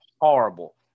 horrible